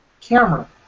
camera